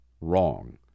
wrong